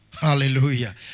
Hallelujah